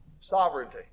sovereignty